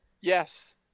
Yes